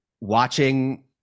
watching